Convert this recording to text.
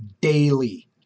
daily